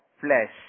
flesh